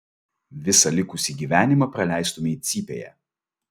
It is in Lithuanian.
visą likusį gyvenimą praleistumei cypėje